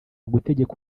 gutegeka